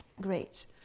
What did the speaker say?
great